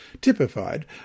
typified